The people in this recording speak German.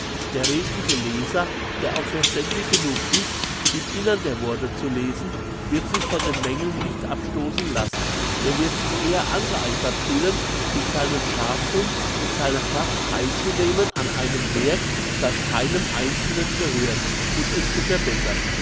der redliche leser der auch verständig genug ist im inneren der worte zu lesen wird sich von den mängeln nicht abstossen lassen er wird sich eher angeeifert fühlen mit seinem scharfsinn und seiner kraft theilzunehmen an einem werk das keinem einzelnen gehört und es zu verbessern